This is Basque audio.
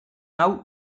hau